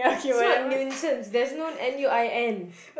it's not nuisance there's no N U I N